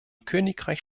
königreich